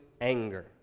anger